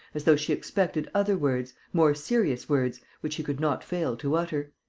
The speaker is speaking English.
as though she expected other words, more serious words, which he could not fail to utter.